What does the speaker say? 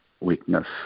weakness